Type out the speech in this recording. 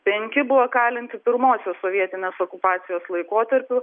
penki buvo kalinti pirmosios sovietinės okupacijos laikotarpiu